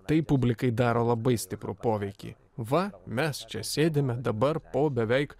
tai publikai daro labai stiprų poveikį va mes čia sėdime dabar po beveik